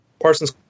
Parsons